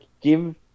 give